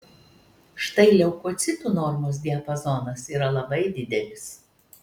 štai leukocitų normos diapazonas yra labai didelis